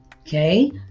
okay